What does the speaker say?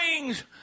wings